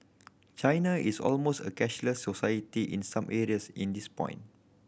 China is almost a cashless society in some areas in this point